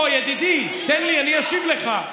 ידידי, תן לי, אני אשיב לך.